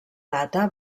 data